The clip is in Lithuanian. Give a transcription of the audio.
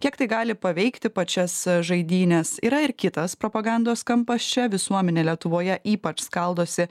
kiek tai gali paveikti pačias žaidynes yra ir kitas propagandos kampas čia visuomenė lietuvoje ypač skaldosi